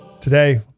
Today